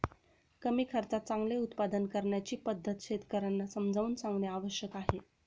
कमी खर्चात चांगले उत्पादन करण्याची पद्धत शेतकर्यांना समजावून सांगणे आवश्यक आहे